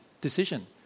decision